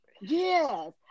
yes